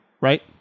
right